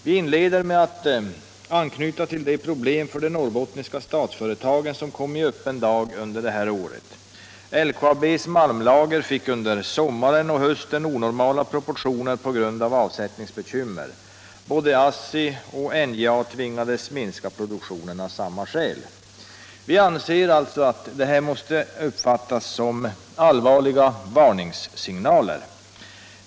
Vi inleder med att anknyta till de problem för de norrbottniska statsföretagen som kom i öppen dag under detta år. LKAB:s malmlager fick under sommaren och hösten onormala proportioner på grund av avsättningsbekymmer. Både ASSI och NJA tvingades minska produktionen av samma skäl. Vi anser att detta måste uppfattas som allvarliga varningssignaler.